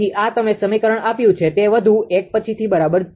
તેથી આ તમે સમીકરણ આપ્યું છે તે વધુ 1 પછીથી જોશું બરાબર